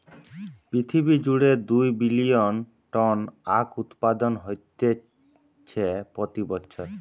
পৃথিবী জুড়ে দুই বিলিয়ন টন আখউৎপাদন হতিছে প্রতি বছর